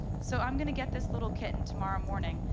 so i'm going to get this little kitten tomorrow morning.